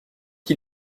qui